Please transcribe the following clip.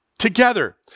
together